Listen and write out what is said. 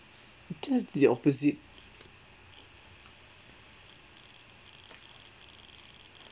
just the opposite